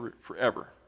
forever